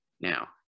now